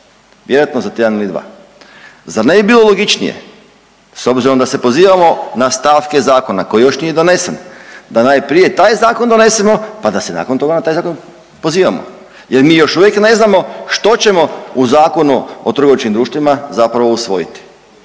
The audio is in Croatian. vjerojatno za tjedan ili dva. Zar ne bi bilo logičnije s obzirom da se pozivamo na stavke zakona koji još nije donesen, da najprije taj zakon donesemo, pa se nakon toga na taj zakon pozivamo jer mi još uvijek ne znamo što ćemo u Zakonu o trgovačkim društvima zapravo usvojiti,